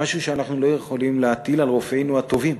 משהו שאנחנו לא יכולים להטיל על רופאינו הטובים,